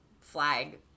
flag